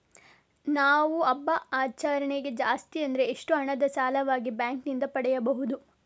ನಾವು ಹಬ್ಬದ ಆಚರಣೆಗೆ ಜಾಸ್ತಿ ಅಂದ್ರೆ ಎಷ್ಟು ಹಣ ಸಾಲವಾಗಿ ಬ್ಯಾಂಕ್ ನಿಂದ ಪಡೆಯಬಹುದು?